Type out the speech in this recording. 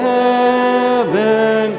heaven